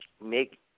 make